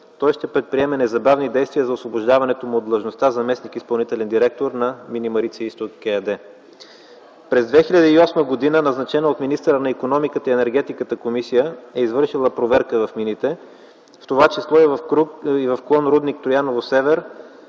той ще предприеме незабавни действия за освобождаването му от длъжността заместник-изпълнителен директор на „Мини Марица изток” ЕАД. През 2008 г. назначена от министъра на икономиката, енергетиката и туризма комисия е извършила проверка в мините, в това число и в клон рудник „Трояново-север”,